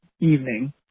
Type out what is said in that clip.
evening